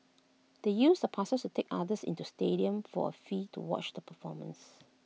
they used the passes to take others into the stadium for A fee to watch the performance